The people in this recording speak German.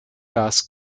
gas